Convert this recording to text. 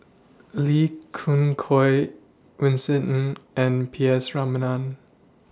Lee Khoon Choy Vincent Ng and P S